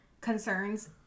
concerns